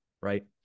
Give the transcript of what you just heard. right